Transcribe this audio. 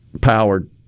powered